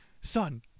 Son